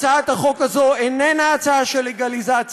הצעת החוק הזאת איננה הצעה של לגליזציה,